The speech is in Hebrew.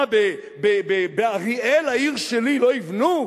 מה, באריאל, העיר שלי, לא יבנו?